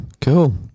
cool